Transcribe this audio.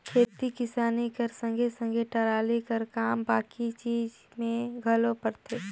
खेती किसानी कर संघे सघे टराली कर काम बाकी चीज मे घलो परथे